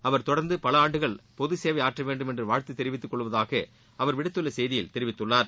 அவர் தொடர்ந்து பல ஆண்டுகள் பொது சேவை ஆற்ற வேண்டும் என்றும் வாழ்த்து தெரிவித்துக்கொள்வதாக அவர் விடுத்துள்ள செய்தியில் தெரிவித்துள்ளார்